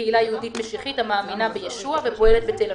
קהילה יהודית משיחית המאמינה בישוע ופועלת בתל-אביב.